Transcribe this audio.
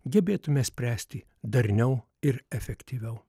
gebėtume spręsti darniau ir efektyviau